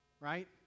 right